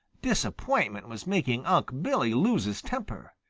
disappointment was making unc' billy lose his temper.